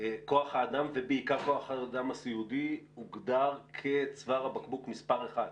כוח האדם ובעיקר כוח האדם הסיעודי הוגדר כצוואר הבקבוק מספר אחת,